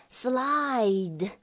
slide